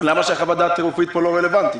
למה חוות הדעת הרפואית פה לא רלוונטי?